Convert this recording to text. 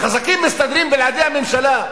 החזקים מסתדרים בלעדי הממשלה.